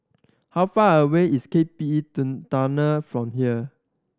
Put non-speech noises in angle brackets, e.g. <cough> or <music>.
how far away is K P E <unintelligible> Tunnel from here